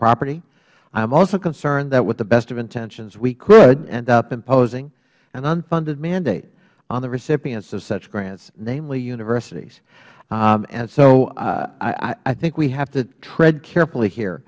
property i am also concerned that with the best of intentions we could end up imposing an unfunded mandate on the recipients of such grants namely universities so i think we have to tread carefully here